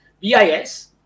BIS